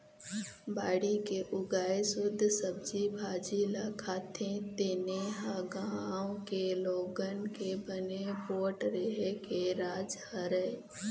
बाड़ी के उगाए सुद्ध सब्जी भाजी ल खाथे तेने ह गाँव के लोगन के बने पोठ रेहे के राज हरय